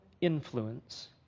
influence